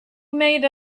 made